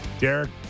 Derek